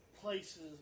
places